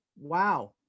wow